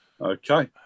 Okay